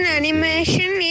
animation